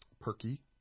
perky